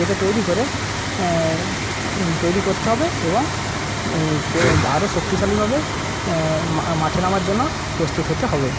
নিজেকে তৈরি করে তৈরি করতে হবে এবং এবং আরও শক্তিশালীভাবে মাঠে নামার জন্য প্রস্তুত হতে হবে